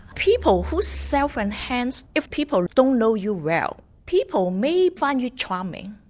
people who self-enhance if people don't know you well, people may find you charming,